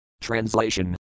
Translation